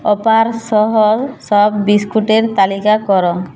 offer সহ সব বিস্কুটের তালিকা করো